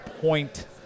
point